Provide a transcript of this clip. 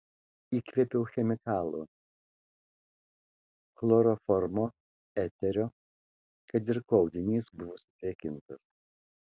įkvėpiau chemikalų chloroformo eterio kad ir kuo audinys buvo sudrėkintas